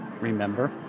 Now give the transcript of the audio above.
remember